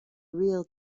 real